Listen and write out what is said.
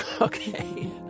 Okay